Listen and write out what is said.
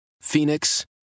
Phoenix